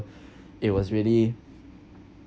it was really